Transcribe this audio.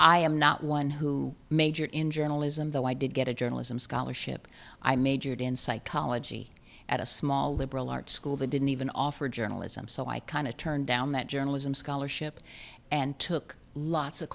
i am not one who majored in journalism though i did get a journalism scholarship i majored in psychology at a small liberal arts school they didn't even offer journalism so i kind of turned down that journalism scholarship and took lots of